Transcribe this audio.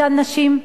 אותן נשים,